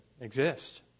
exist